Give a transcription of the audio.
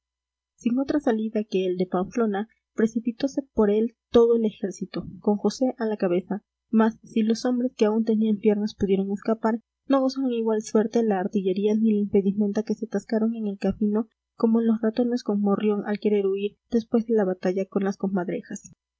sin otra salida que el de pamplona precipitose por él todo el ejército con josé a la cabeza mas si los hombres que aún tenían piernas pudieron escapar no gozaron igual suerte la artillería ni la impedimenta que se atascaron en el camino como los ratones con morrión al querer huir después de la batalla con las comadrejas